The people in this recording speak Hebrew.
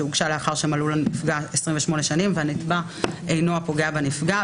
שהוגשה לאחר שמלאו לנפגע 28 שנים והנתבע אינו הפוגע בנפגע,